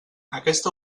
aquesta